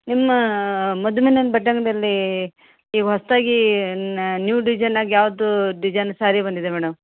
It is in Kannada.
ನಿಮ್ಮ ಮದುಮೇನೆನ್ ಬಟ್ಟೆ ಅಂಗಡಿಯಲ್ಲಿ ಈಗ ಹೊಸದಾಗಿ ನ್ಯೂ ಡಿಸೈನಾಗ ಯಾವುದು ಡಿಸೈನ್ ಸಾರಿ ಬಂದಿದೆ ಮೇಡಮ್